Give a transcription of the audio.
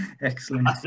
Excellent